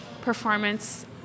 performance